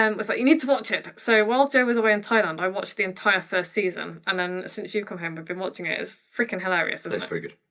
um was like you need to watch it. so, while joe was away in thailand i watched the entire first season. and then since you've come home we've been watching it. it's frickin' hilarious. and it's very good.